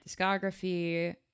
discography